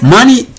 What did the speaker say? Money